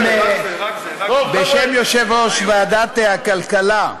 בשם יושב-ראש ועדת הכלכלה,